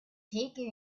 taken